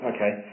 Okay